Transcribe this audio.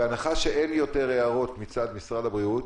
בהנחה שאין יותר הערות מצד משרד הבריאות